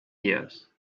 years